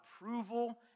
approval